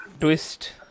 twist